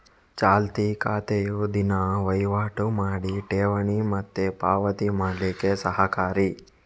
ಚಾಲ್ತಿ ಖಾತೆಯು ದಿನಾ ವೈವಾಟು ಮಾಡಿ ಠೇವಣಿ ಮತ್ತೆ ಪಾವತಿ ಮಾಡ್ಲಿಕ್ಕೆ ಸಹಕಾರಿ